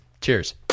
cheers